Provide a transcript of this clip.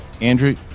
Andrew